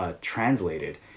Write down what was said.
translated